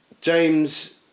James